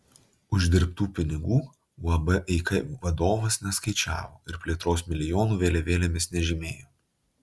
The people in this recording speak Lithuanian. uždirbtų pinigų uab eika vadovas neskaičiavo ir plėtros milijonų vėliavėlėmis nežymėjo